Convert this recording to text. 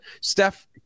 Steph